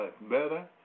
better